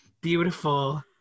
Beautiful